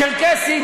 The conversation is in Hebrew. צ'רקסים,